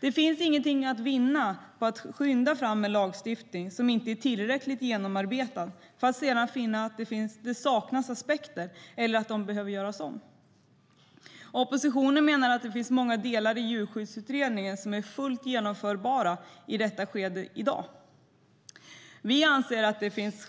Det finns ingenting att vinna på att skynda fram en lagstiftning som inte är tillräckligt genomarbetad för att sedan finna att det saknas aspekter eller att arbetet behöver göras om. Oppositionen menar att det finns många delar i djurskyddsutredningen som är fullt genomförbara i dag. Vi anser att det finns